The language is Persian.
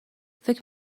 فکر